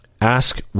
Ask